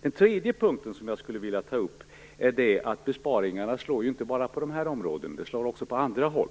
Den tredje punkten som jag skulle vilja ta upp är att besparingarna inte bara slår på de här områdena. De slår också på andra håll.